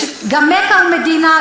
גם מכה ומדינה,